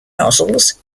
nozzles